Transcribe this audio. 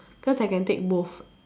cause I can take both